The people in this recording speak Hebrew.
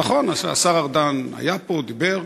נכון, השר ארדן היה פה, דיבר,